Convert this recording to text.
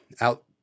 out